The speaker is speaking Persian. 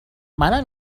منم